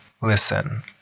listen